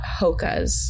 hokas